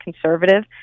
conservative